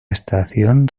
estación